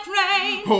rain